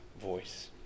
voice